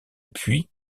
puits